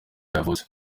yavutse